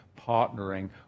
partnering